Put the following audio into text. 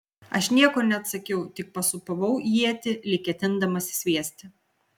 aš nieko neatsakiau tik pasūpavau ietį lyg ketindamas sviesti